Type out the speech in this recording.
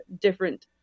different